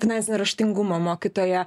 finansinio raštingumo mokytoja